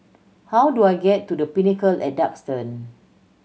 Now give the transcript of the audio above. how do I get to The Pinnacle at Duxton